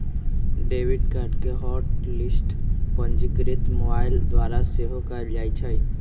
debit card के hot list पंजीकृत mobile द्वारा सेहो कएल जाइ छै